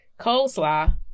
coleslaw